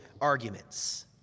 arguments